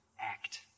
act